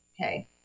okay